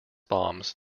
bombs